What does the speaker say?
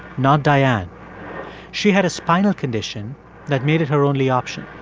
not dianne she had a spinal condition that made it her only option.